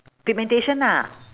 pigmentation ah